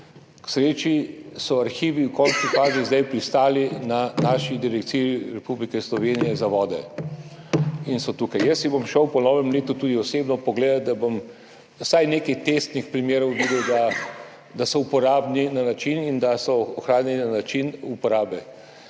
k sreči so arhivi v končni fazi zdaj pristali na naši direkciji, Direkciji Republike Slovenije za vode, in so tukaj. Jaz jih bom šel po novem letu tudi osebno pogledat, da bom vsaj na nekaj testnih primerih videl, da so uporabni in da so ohranjeni za ta način uporabe.